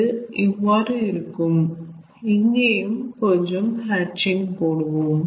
ஆக அது இவ்வாறு இருக்கும் இங்கேயும் கொஞ்சம் ஹாட்சிங் போடுவோம்